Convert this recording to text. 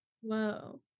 Whoa